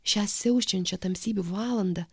šią siaučiančią tamsybių valandą